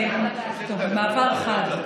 טוב, במעבר חד.